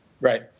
Right